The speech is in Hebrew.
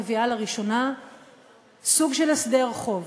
מביאה לראשונה סוג של הסדר חוב